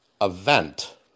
event